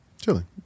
Chilling